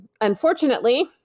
unfortunately